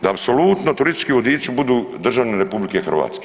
Da apsolutno turistički vodiči budu državljani RH.